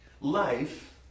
life